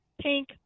Pink